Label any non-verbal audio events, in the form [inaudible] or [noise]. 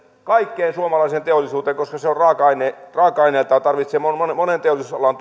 kaikkeen suomalaiseen teollisuuteen koska se on raaka aine jota tarvitsevat monen monen teollisuusalan [unintelligible]